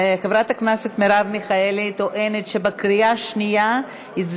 חברת הכנסת מרב מיכאלי טוענת שבקריאה השנייה היא